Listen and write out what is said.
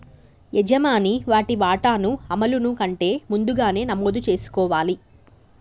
యజమాని వాటి వాటాను అమలును కంటే ముందుగానే నమోదు చేసుకోవాలి